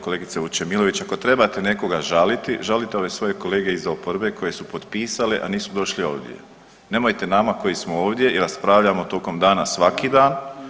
Kolegice Vučemilović, ako trebate nekoga žaliti žalite ove svoje kolege iz oporbe koje su potpisale, a nisu došli ovdje, nemojte nama koji smo ovdje i raspravljamo tokom dana svaki dan.